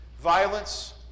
violence